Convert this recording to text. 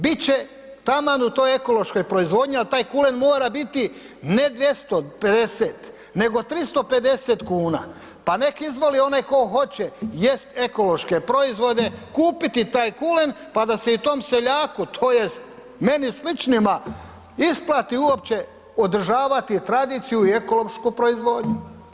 Bit će taman u toj ekološkoj proizvodnji, a taj kulen mora biti ne 250, nego 350,00 kn, pa nek izvoli onaj tko hoće jest ekološke proizvode, kupiti taj kulen, pa da se i tom seljaku tj. meni sličnima isplati uopće održavati tradiciju i ekološku proizvodnju.